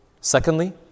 Secondly